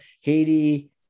Haiti